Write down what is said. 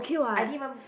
I didn't even